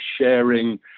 sharing